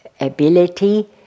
ability